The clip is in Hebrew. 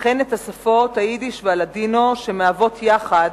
וכן את השפות היידיש והלדינו, שמהוות יחד